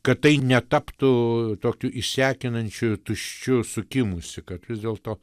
kad tai netaptų tokui sekinančųų tuščiu sukimusi kad vis deltis ėlto d r